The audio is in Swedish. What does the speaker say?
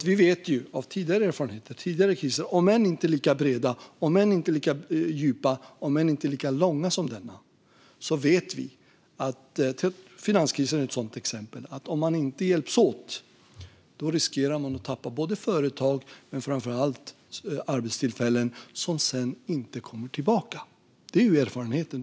Vi vet av erfarenhet från tidigare kriser, om än inte lika breda, djupa eller långa som denna - finanskrisen är ett exempel - att om man inte hjälps åt riskerar man att tappa företag men framför allt arbetstillfällen som sedan inte kommer tillbaka. Det är erfarenheten.